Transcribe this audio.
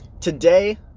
Today